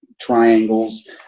triangles